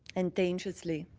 and dangerously.